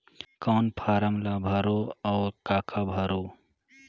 कौन फारम ला भरो और काका भरो?